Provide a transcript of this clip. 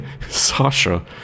Sasha